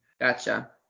Gotcha